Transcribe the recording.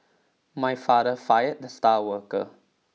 my father fired the star worker